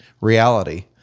reality